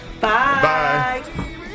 Bye